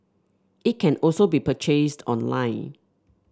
it can also be purchased online